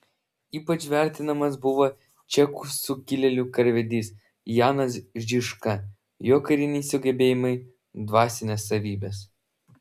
ypač vertinamas buvo čekų sukilėlių karvedys janas žižka jo kariniai sugebėjimai dvasinės savybės